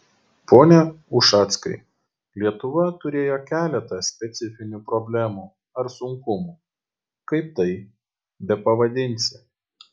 pone ušackai lietuva turėjo keletą specifinių problemų ar sunkumų kaip tai bepavadinsi